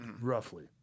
roughly